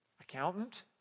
accountant